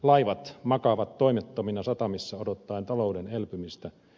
laivat makaavat toimettomina satamissa odottaen talouden elpymistä